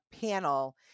panel